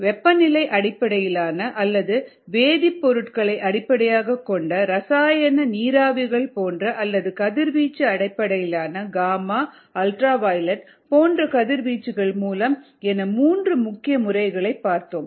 வெப்பநிலை அடிப்படையிலான அல்லது வேதிப்பொருட்களை அடிப்படையாகக் கொண்ட ரசாயன நீராவிகள் போன்ற அல்லது கதிர்வீச்சு அடிப்படையிலான காமா அல்ட்ரா வயலட் போன்ற கதிர் வீச்சுகள் மூலம் என மூன்று முக்கிய முறைகளைப் பார்த்தோம்